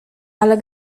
ale